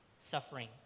suffering